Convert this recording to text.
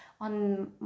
on